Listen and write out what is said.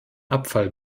abfall